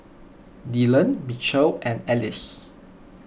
Dillan Mitchel and Alize